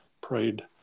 prayed